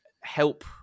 help